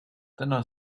täna